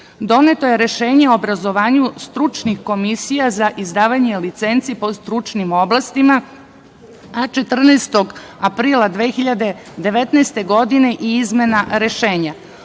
Doneto je rešenje o obrazovanju stručnih komisija za izdavanje licenci po stručnim oblastima, a 14. aprila 2019. godine je izmena